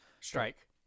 Strike